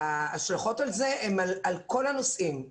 ההשלכות על זה הן על כל הנושאים.